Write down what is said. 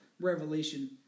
Revelation